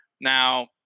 Now